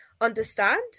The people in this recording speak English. understand